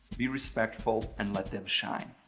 be respectful, and let them shine.